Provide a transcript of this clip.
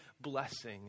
blessing